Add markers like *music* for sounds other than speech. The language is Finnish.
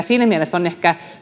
*unintelligible* siinä mielessä ehkä ainakin